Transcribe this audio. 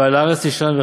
ועל הארץ תישן,